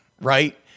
right